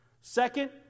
Second